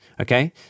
Okay